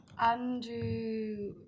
andrew